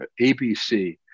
ABC